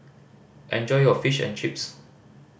enjoy your Fish and Chips